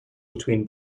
between